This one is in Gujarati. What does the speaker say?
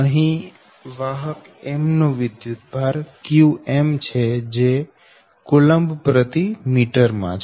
અહી વાહક m નો વિદ્યુતભાર qm છે જે કુલંબમીટર માં છે